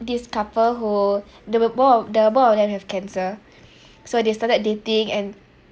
this couple who the both the both of them have cancer so they started dating and